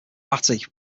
batty